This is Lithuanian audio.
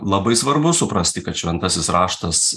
labai svarbu suprasti kad šventasis raštas